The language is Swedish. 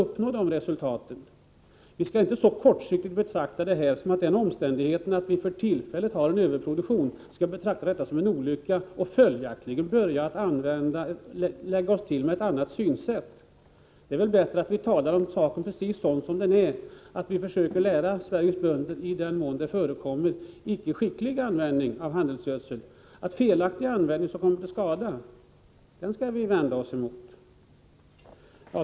Den omständigheten att vi för tillfället har en överproduktion skall vi inte betrakta så kortsiktigt att vi anser det vara en olycka och följaktligen börjar lägga oss till med ett annat synsätt. Det är väl bättre att vi talar om saken precis så som den är och att vi försöker lära Sveriges bönder att felaktig gödselanvändning, i den mån sådan förekommer, skadar. Felaktig användning skall vi vända oss emot.